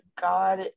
god